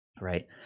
Right